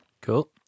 Cool